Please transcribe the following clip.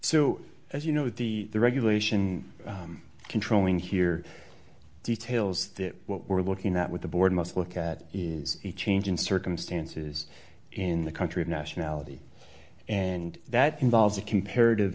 so as you know the regulation controlling here details that what we're looking at with the board must look at is a change in circumstances in the country of nationality and that involves a comparative